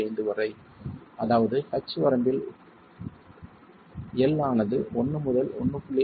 5 வரை அதாவது h வரம்பில் l ஆனது 1 முதல் 1